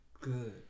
good